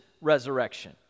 resurrection